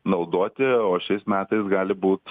naudoti o šiais metais gali būt